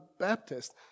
Baptist